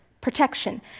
protection